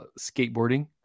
skateboarding